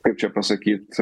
kaip čia pasakyt